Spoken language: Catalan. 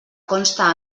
consta